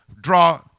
draw